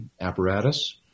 apparatus